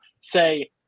say